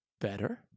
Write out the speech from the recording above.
better